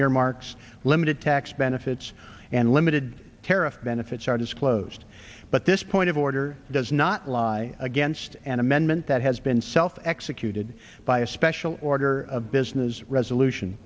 earmarks limited tax benefits and limited tariff benefits are disclosed but this point of order does not lie against an amendment that has been self executed by a special order of business resolution